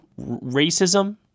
racism